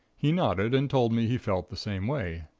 he nodded and told me he felt the same way.